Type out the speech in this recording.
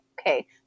okay